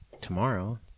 tomorrow